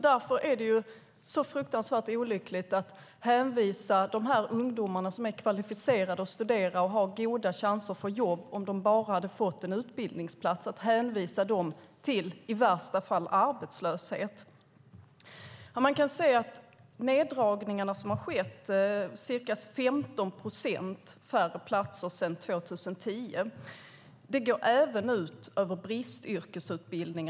Därför är det fruktansvärt olyckligt att hänvisa de här ungdomarna, som är kvalificerade för att studera och har goda chanser att få jobb om de bara hade fått en utbildningsplats, till, i värsta fall, arbetslöshet. Man kan se att de neddragningar som har skett - det är ca 15 procent färre platser sedan 2010 - även går ut över bristyrkesutbildningarna.